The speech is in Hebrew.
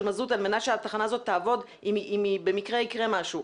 מזוט על מנת שהתחנה הזאת תעבוד אם במקרה יקרה משהו.